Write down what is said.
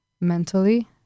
mentally